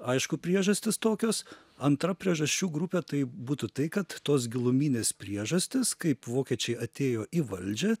aišku priežastys tokios antra priežasčių grupė tai būtų tai kad tos giluminės priežastys kaip vokiečiai atėjo į valdžią